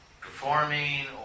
performing